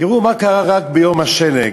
תראו מה קרה רק ביום השלג,